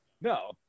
No